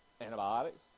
antibiotics